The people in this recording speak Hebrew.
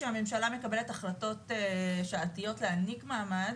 כשהממשלה מקבלת החלטות שעתיות להעניק מעמד,